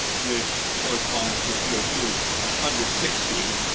which corresponds to a p o two of under sixty.